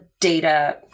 data